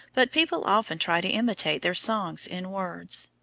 but people often try to imitate their songs in words.